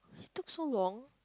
took so long